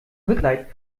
mitleid